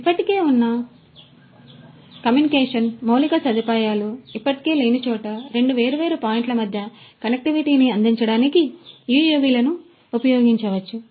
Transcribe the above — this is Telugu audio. కాబట్టి ఇప్పటికే ఉన్న కమ్యూనికేషన్ మౌలిక సదుపాయాలు ఇప్పటికే లేని చోట రెండు వేర్వేరు పాయింట్ల మధ్య కనెక్టివిటీని అందించడానికి UAV లను ఉపయోగించవచ్చు